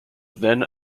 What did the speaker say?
then